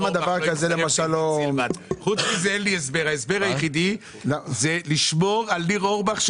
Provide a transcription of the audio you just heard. ההסבר היחידי זה לשמור על ניר אורבך,